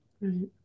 Right